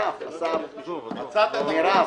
אסף, מרב,